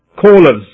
callers